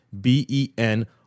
B-E-N